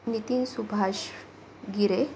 नितीन सुभाष गिरे